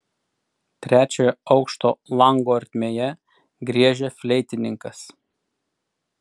trečiojo aukšto lango ertmėje griežia fleitininkas